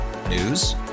news